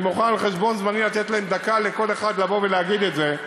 אני מוכן על חשבון זמני לתת להם דקה לכל אחד לבוא ולהגיד את זה.